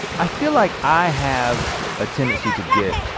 i feel like i have a tendency to get,